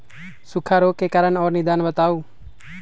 सूखा रोग के कारण और निदान बताऊ?